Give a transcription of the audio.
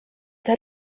see